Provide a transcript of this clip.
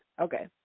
Okay